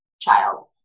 child